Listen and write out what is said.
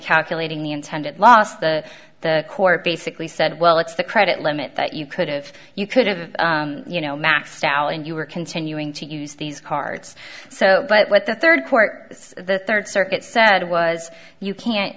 calculating the intended loss the the court basically said well it's the credit limit that you could've you could've you know maxed out and you were continuing to use these cards so let the third court is the third circuit said was you can't